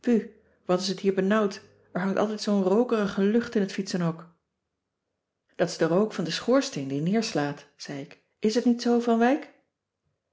wat is t hier benauwd er hangt altijd zoo'n rookerige lucht in t fietsenhok dat is de rook van de schoorsteen die neerslaat zei ik is t niet zoo van wijk